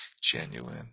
genuine